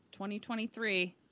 2023